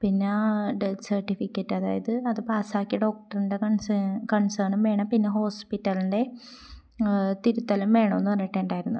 പിന്നെ ആ death certificate അതായത് അത് പാസാക്കിയ ഡോക്ടറിൻ്റെ കൺസേ കൺസേണും വേണം പിന്നെ ഹോസ്പിറ്റലിൻ്റെ തിരുത്തലും വേണമെന്നു പറഞ്ഞിട്ടുണ്ടായിരുന്നു